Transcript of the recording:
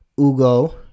Ugo